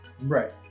Right